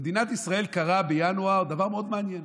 במדינת ישראל קרה בינואר דבר מאוד מעניין: